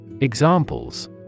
Examples